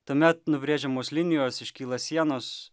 tuomet nubrėžiamos linijos iškyla sienos